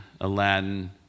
Aladdin